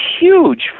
huge